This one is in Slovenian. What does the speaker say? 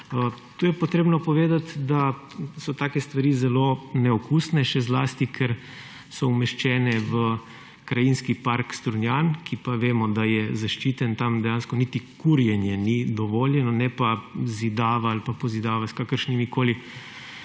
Tu je treba povedati, da so take stvari zelo neokusne, še zlasti, ker so umeščene v Krajinski park Strunjan, ki pa vemo, da je zaščiten. Tam dejansko niti kurjenje ni dovoljeno, ne pa zidava ali pozidava s kakršnimikoli